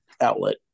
outlet